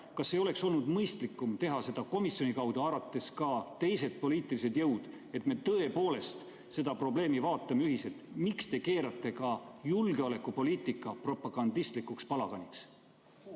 Kas ei oleks olnud mõistlikum teha seda komisjoni kaudu, haarates ka teised poliitilised jõud, et me tõepoolest seda probleemi vaataksime ühiselt? Miks te keerate ka julgeolekupoliitika propagandistlikuks palaganiks?